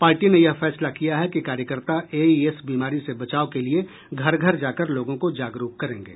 party ने यह फैसला किया है कि कार्यकर्ता ए ई एस बीमारी से बचाव के लिए घर घर जाकर लोगों को जागरुक करेंगे